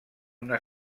una